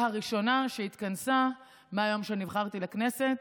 הראשונה שהתכנסה מהיום שנבחרתי לכנסת,